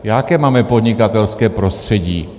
Jaké máme podnikatelské prostředí?